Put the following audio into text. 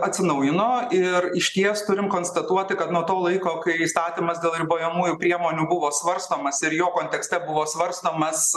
atsinaujino ir išties turim konstatuoti kad nuo to laiko kai įstatymas dėl ribojamųjų priemonių buvo svarstomas ir jo kontekste buvo svarstomas